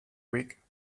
week